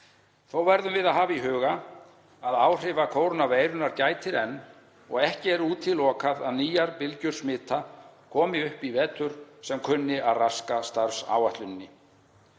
Þó verðum við að hafa í huga að áhrifa kórónuveirunnar gætir enn og ekki er útilokað að nýjar bylgjur smita komi upp í vetur sem kunna að raska starfsáætluninni.